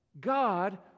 God